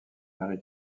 marie